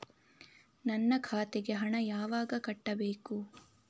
ನನ್ನ ಖಾತೆಗೆ ಹಣ ಯಾವಾಗ ಕಟ್ಟಬೇಕು?